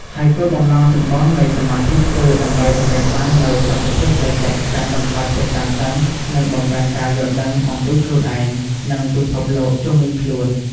ហើយគោលបំណងចម្បងនៃសមាធិ គឺដើម្បីសម្រេចបាននូវសន្តិភាពផ្លូវចិត្ត កាត់បន្ថយភាពតានតឹង និងបង្កើនការយល់ដឹងអំពីខ្លួនឯង និងពិភពលោកជុំវិញខ្លួន។